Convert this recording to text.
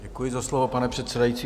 Děkuji za slovo, pane předsedající.